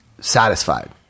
satisfied